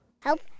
Help